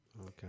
Okay